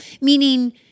meaning